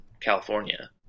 California